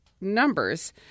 numbers